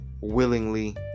willingly